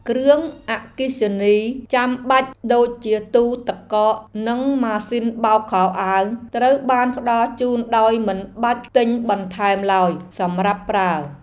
គ្រឿងអគ្គិសនីចាំបាច់ដូចជាទូទឹកកកនិងម៉ាស៊ីនបោកខោអាវត្រូវបានផ្តល់ជូនដោយមិនបាច់ទិញបន្ថែមឡើយសម្រាប់ប្រើ។